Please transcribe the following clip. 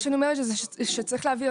מה שאני אומרת זה שצריך להביא,